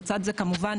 לצד זה כמובן,